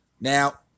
Now